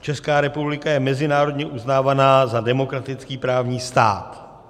Česká republika je mezinárodně uznávaná za demokratický právní stát.